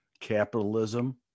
capitalism